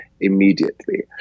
immediately